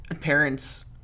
parents